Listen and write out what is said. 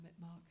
Mark